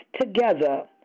together